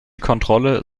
kontrolle